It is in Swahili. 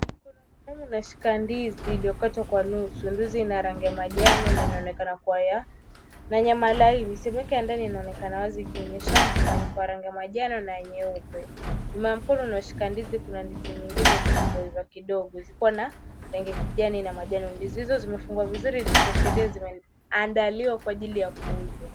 Kuna mwanaume anayeshika ndizi iliyokatwa kwa nusu. Ndizi ina rangi ya manjano na inaonekana kuwa ya, na nyama laini. Sehemu yake ya ndani inaonekana wazi ikionyesha mchanganyiko wa rangi ya manjano na nyeupe. Nyuma ya mkono unaoshika ndizi kuna ndizi nyingine zilizoiva kidogo, zikiwa na rangi ya kijani na manjano. Ndizi hizo zimefungwa vizuri zikiashiria zimeandaliwa kwa ajili ya kuuzwa.